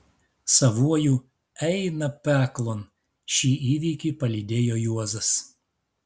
savuoju eina peklon šį įvykį palydėjo juozas